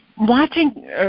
Watching